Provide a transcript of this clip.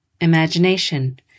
imagination